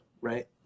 right